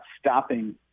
stopping